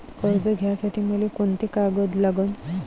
कर्ज घ्यासाठी मले कोंते कागद लागन?